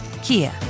Kia